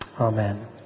Amen